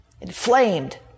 inflamed